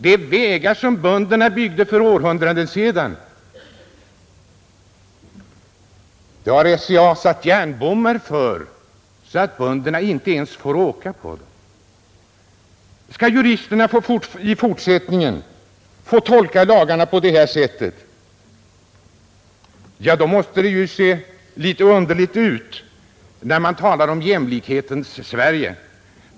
Det är vägar som bönderna byggde för århundraden sedan, Dem har SCA satt järnbommar för så att bönderna inte ens får åka på dem. Skall juristerna i fortsättningen få tolka lagarna på det här sättet, då måste det ju se litet underligt ut när man talar om jämlikhetens Sverige.